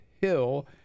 Hill